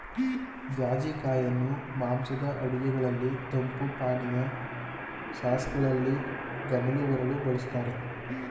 ಜಾಜಿ ಕಾಯಿಯನ್ನು ಮಾಂಸದ ಅಡುಗೆಗಳಲ್ಲಿ, ತಂಪು ಪಾನೀಯ, ಸಾಸ್ಗಳಲ್ಲಿ ಗಮಲು ಬರಲು ಬಳ್ಸತ್ತರೆ